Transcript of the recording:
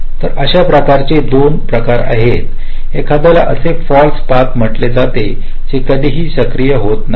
तर अशा प्रकारच्या 2 प्रकार आहेत एखाद्याला असे फाल्स पथ म्हटले जाते जे कधीही सक्रिय होत नाहीत